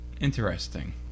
Interesting